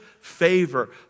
favor